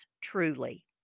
truly